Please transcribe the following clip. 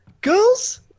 girls